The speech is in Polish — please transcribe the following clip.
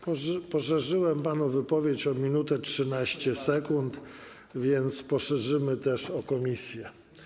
Poszerzyłem panu wypowiedź o 1 minutę 13 sekund, więc poszerzymy też o komisję.